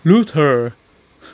luther